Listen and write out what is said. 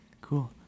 Cool